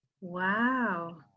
Wow